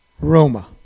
Roma